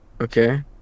Okay